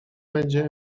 będzie